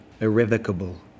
irrevocable